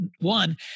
One